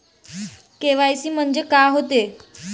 KYC म्हंनजे का होते?